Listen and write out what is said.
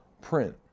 print